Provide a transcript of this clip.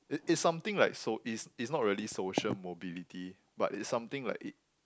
it it's something like so~ is is not really social mobility but is something like it